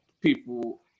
people